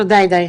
תודה, הידי.